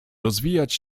rozwijać